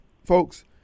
Folks